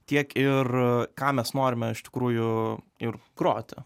tiek ir ką mes norime iš tikrųjų ir groti